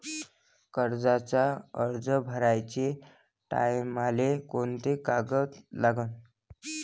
कर्जाचा अर्ज भराचे टायमाले कोंते कागद लागन?